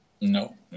No